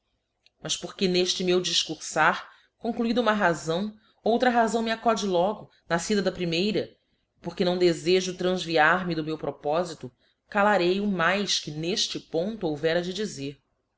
mas porque nefte meu difcurfar concluida uma razão outra razão me acode logo nafcida da primeira e porque não defejo tranfviar me do meu propoíito calarei o mais que n'efte ponto houvera de dizer